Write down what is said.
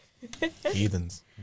Heathens